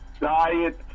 diet